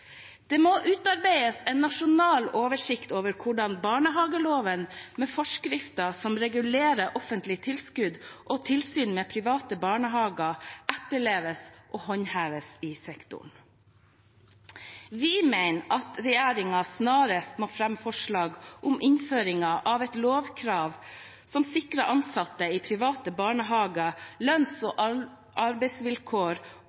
Det må utarbeides en nasjonal oversikt over hvordan barnehageloven med forskrifter som regulerer offentlige tilskudd og tilsyn med private barnehager, etterleves og håndheves i sektoren. Vi mener at regjeringen snarest må fremme forslag om innføring av et lovkrav som sikrer ansatte i private barnehager lønns-